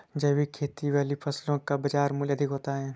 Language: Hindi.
जैविक खेती वाली फसलों का बाज़ार मूल्य अधिक होता है